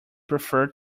prefer